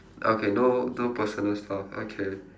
okay no no personal stuff okay